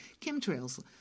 Chemtrails